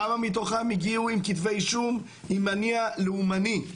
כמה מתוכם הגיעו עם כתבי אישום עם מניע לאומני?